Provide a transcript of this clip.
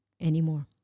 anymore